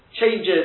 changes